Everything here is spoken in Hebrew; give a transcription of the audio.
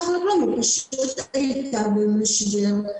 היתה במשבר.